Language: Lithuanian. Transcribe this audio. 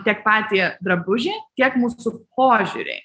tiek patį drabužį tiek mūsų požiūrį